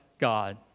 God